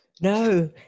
no